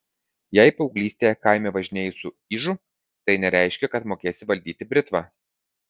jei paauglystėje kaime važinėjai su ižu tai nereiškia kad mokėsi valdyti britvą